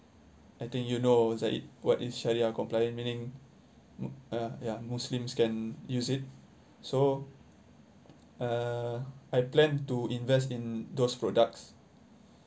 I think you know zahid what is shariah-compliant meaning ah ya muslims can use it so uh I plan to invest in those products